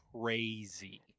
crazy